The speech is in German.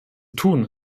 tun